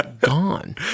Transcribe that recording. Gone